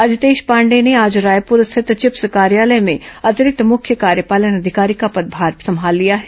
अजितेश पांडेय ने आज रायपुर स्थित चिप्स कार्यालय में अतिरिक्त मुख्य कार्यपालन अधिकारी का पदभार संभाल लिया है